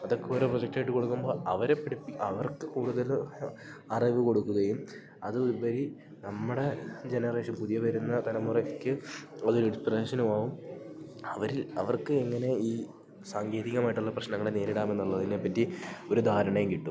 അതൊക്കെ ഓരോ പ്രൊജക്റ്റായിട്ട് കൊടുക്കുമ്പോൾ അവരെ പഠിപ്പിച്ച് അവർക്ക് കൂടുതൽ അറിവ് കൊടുക്കുകയും അതിൽ ഉപരി നമ്മുടെ ജനറേഷൻ പുതിയ വരുന്ന തലമുറയ്ക്ക് അതൊരു ഇൻസ്പിരേഷനും ആവും അവരിൽ അവർക്ക് എങ്ങനെ ഈ സാങ്കേതികമായിട്ടുള്ള പ്രശ്നങ്ങൾ നേരിടാമെന്നുള്ളതിനെപ്പറ്റി ഒരു ധാരണയും കിട്ടും